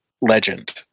legend